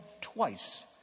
twice